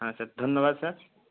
হ্যাঁ স্যার ধন্যবাদ স্যার